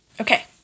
okay